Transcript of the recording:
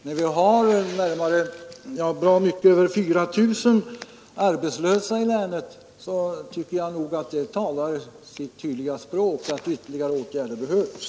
Det finns bra mycket mer än 4 000 arbetslösa i länet, och det talar sitt tydliga språk att ytterligare åtgärder behövs.